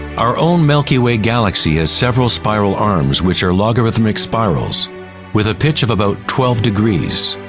our own milky way galaxy has several spiral arms which are logarithmic spirals with a pitch of about twelve degrees.